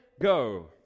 go